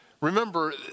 Remember